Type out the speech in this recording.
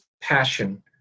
passion